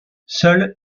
seul